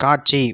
காட்சி